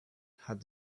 had